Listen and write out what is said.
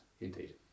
indeed